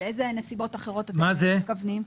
לאיזה נסיבות אחרות אתם מתכוונים?